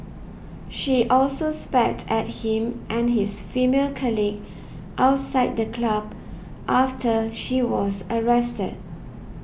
she also spat at him and his female colleague outside the club after she was arrested